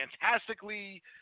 fantastically